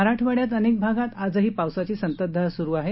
मराठवाड्यात अनेक भागात आजही पावसाची संततधार सुरू आहे